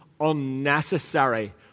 unnecessary